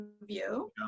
view